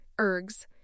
ERGs